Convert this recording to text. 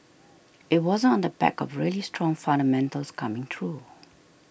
it wasn't on the back of really strong fundamentals coming through